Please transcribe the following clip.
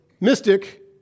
mystic